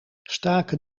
staken